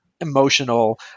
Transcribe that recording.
emotional